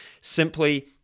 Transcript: Simply